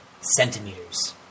centimeters